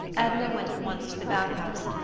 edna went at once to the bath-house,